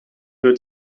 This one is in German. für